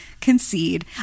concede